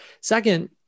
Second